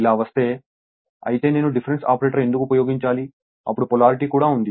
ఇలా వస్తే అయితే నేను డిఫరెన్స్ ఆపరేటర్ ఎందుకు ఉపయోగించాలి అప్పుడు పొలారిటీ కూడా ఉంది